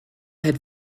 had